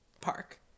park